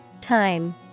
Time